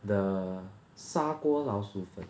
the 砂锅老鼠粉